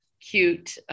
cute